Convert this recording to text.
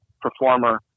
performer